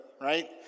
right